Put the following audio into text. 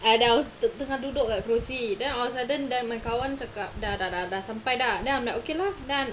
ah there was tengah tengah duduk kat kerusi then I was like then then my kawan cakap dah dah dah dah sampai dah then I'm like okay lah then I